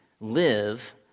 live